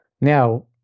Now